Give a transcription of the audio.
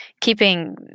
keeping